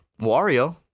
Wario